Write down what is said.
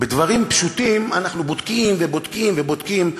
בדברים פשוטים אנחנו בודקים ובודקים ובודקים,